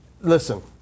Listen